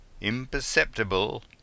Imperceptible